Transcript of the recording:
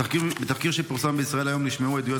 בתחקיר שפורסם בישראל היום נשמעו עדויות